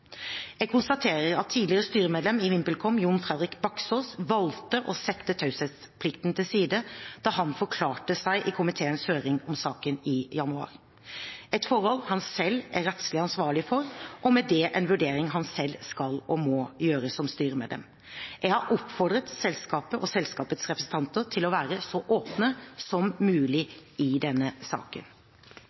Jeg konstaterer at tidligere styremedlem i VimpelCom, Jon Fredrik Baksaas, valgte å sette taushetsplikten til side da han forklarte seg i komiteens høring om saken i januar. Det er et forhold han selv er rettslig ansvarlig for, og med det en vurdering han selv skal og må gjøre som styremedlem. Jeg har oppfordret selskapet og selskapets representanter til å være så åpne som mulig i denne saken.